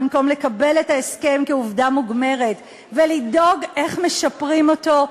במקום לקבל את ההסכם כעובדה מוגמרת ולדאוג איך משפרים אותו,